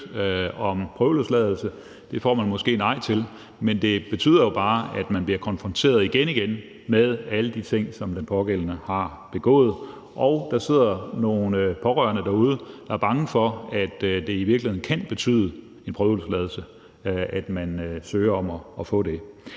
om prøveløsladelse. Det får man måske nej til, men det betyder jo bare, at vi igen og igen bliver konfronteret med alle de ting, som den pågældende har begået, og at der sidder nogle pårørende derude, der er bange for, at det i virkeligheden kan medføre en prøveløsladelse, at man søger om at få den.